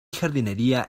jardinería